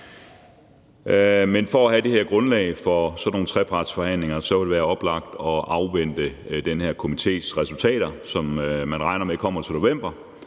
Men for at have det her grundlag for sådan nogle trepartsforhandlinger, vil det være oplagt at afvente den her komités resultater, som man regner med kommer til november,